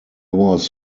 was